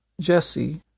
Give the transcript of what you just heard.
Jesse